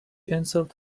insult